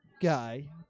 guy